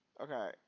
Okay